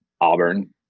Auburn